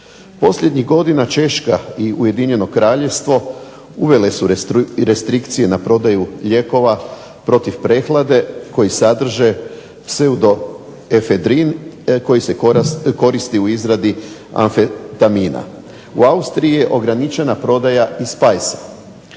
Posljednjih godina Češka i Ujedinjeno Kraljevstvo uvele su restrikcije na prodaju lijekova protiv prehlade koji sadrže pseudoefedrin koji se koristi u izradi amfetamina. U Austriji je ograničena prodaja i …